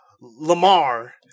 Lamar